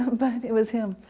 but it was him,